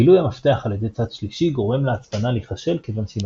גילוי המפתח על ידי צד שלישי גורם להצפנה להיכשל כיוון שעם